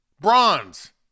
bronze